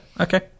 okay